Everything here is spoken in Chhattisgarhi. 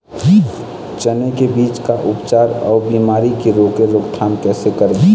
चने की बीज का उपचार अउ बीमारी की रोके रोकथाम कैसे करें?